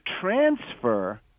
transfer